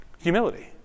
Humility